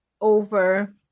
over